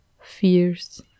fears